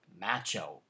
macho